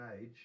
age